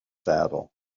saddle